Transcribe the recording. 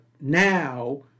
now